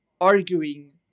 arguing